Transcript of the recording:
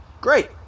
Great